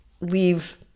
leave